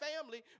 family